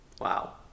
Wow